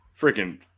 freaking